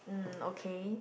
um okay